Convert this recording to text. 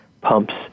pumps